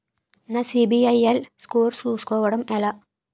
నా CIBIL score చుస్కోవడం ఎలా?